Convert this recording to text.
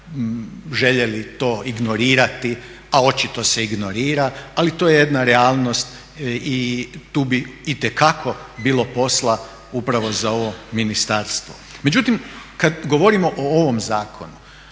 željeli to ignorirati, a očito se ignorira, ali to je jedna realnost i tu bi itekako bilo posla upravo za ovo ministarstvo. Međutim, kad govorimo o ovom zakonu